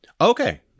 Okay